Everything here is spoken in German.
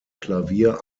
klavier